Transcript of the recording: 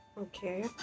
Okay